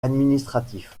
administratif